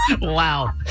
Wow